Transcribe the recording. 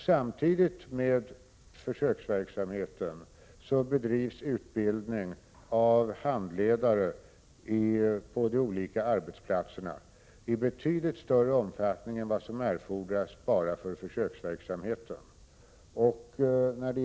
Samtidigt med försöksverksamheten bedrivs utbildning av handledare på de olika arbetsplatserna i betydligt större utsträckning än som erfordras bara för försöksverksamheten.